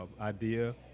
idea